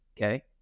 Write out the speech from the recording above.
okay